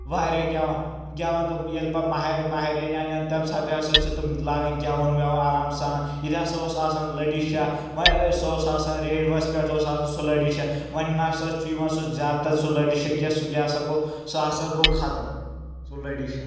واریاہ گؠوَان گؠوَان تِم ییٚلہِ پَتہٕ مہ مہرِنۍ اَنن تمہِ ساتہٕ ہسا چھِ تِم لاگَان گؠون وؠون آرام سان ییٚتہِ ہسا اوس آسَان لٔڈِی شاہ وۄنۍ أسۍ اوس آسَان ریڈوَس پؠٹھ اوس آسَان سُہ لٔڈی شاہ وۄنۍ نسا چھُ یِوَان سُہ زیادٕ تر سُہ لٔڈِی شاہ کینٛہہ سُہ کیٛاہ ہسا گوٚو سُہ ہسا گوٚو ختم سُہ لٔڑِی شاہ